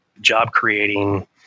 job-creating